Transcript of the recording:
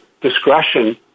discretion